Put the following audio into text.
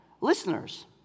listeners